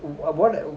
e~ what ma~